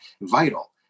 vital